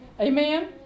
Amen